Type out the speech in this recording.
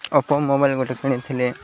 Oppo mobile ଗୋଟେ କିଣିଥିଲି